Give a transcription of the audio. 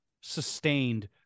sustained